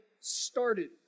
started